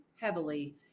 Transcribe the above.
heavily